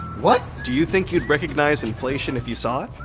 what. do you think you'd recognize inflation if you saw it?